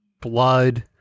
blood